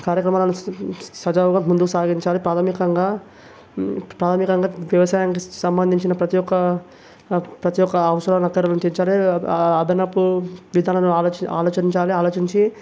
కార్యక్రమాలను సజావుగా ముందుకు సాగించాలి ప్రాథమికంగా ప్రాథమికంగా వ్యవసాయానికి సంబంధించిన ప్రతి ఒక్క ప్రతి ఒక్క అంశాలను అదనపు విధాలుగా ఆలోచించాలి ఆలోచించి